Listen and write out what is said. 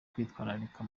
kwitwararika